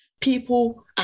People